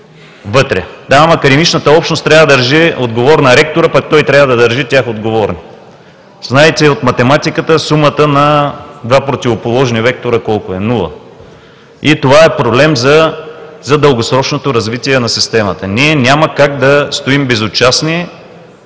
Да, ама, академичната общност трябва да държи отговорен ректорът, а пък той трябва да държи тях отговорни. Знаете от математиката сумата на два противоположни вектора колко е – нула. Това е проблем за дългосрочното развитие на системата. Ние няма как да стоим безучастни,